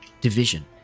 division